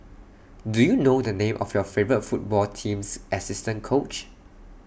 do you know the name of your favourite football team's assistant coach